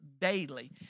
daily